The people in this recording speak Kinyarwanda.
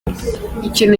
ikintu